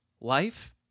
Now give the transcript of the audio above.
Life